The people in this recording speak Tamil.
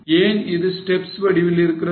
ஏன் இது ஸ்டெப்ஸ் வடிவில் இருக்கிறது